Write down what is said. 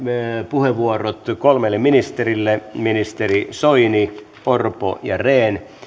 puheenvuorot kolmelle ministerille ministerit soini orpo ja rehn